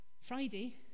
Friday